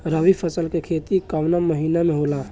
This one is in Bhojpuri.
रवि फसल के खेती कवना महीना में होला?